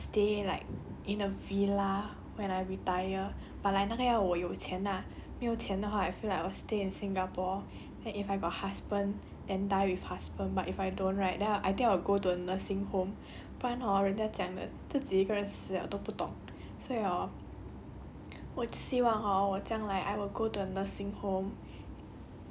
for me right 我觉得 I wanna stay like in a villa when I retire but like 那个要我有钱 lah 没有钱的话 I feel like I will stay in singapore and if I got husband then die with my husband but if I don't right then I will I think I will go to a nursing home 不然 hor 人家讲自己一个人死了都不懂所以 hor 我就希望 hor 我将来